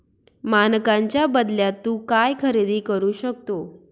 मानकांच्या बदल्यात तू काय खरेदी करू शकतो?